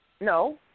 No